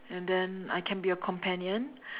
and then I can be a companion